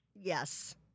yes